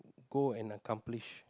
go and accomplish